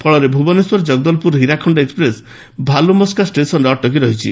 ଫଳରେ ଭୁବନେଶ୍ୱର ଜଗଦଲପୁର ହୀରାଖଣ୍ ଏକ୍ପ୍ରେସ୍ ଭାଲୁମସ୍କା ଷେସନ୍ରେ ଅଟକି ରହିଛି